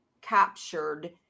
captured